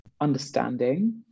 understanding